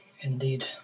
Indeed